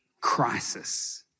crisis